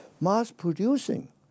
Mass-producing